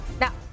Now